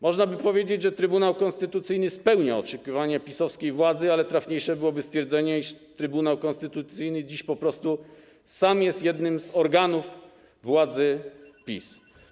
Można by powiedzieć, że Trybunał Konstytucyjny spełnia oczekiwania PiS-owskiej władzy, ale trafniejsze byłoby stwierdzenie, iż Trybunał Konstytucyjny dziś po prostu sam jest jednym z organów władzy PiS.